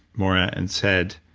moira, and said,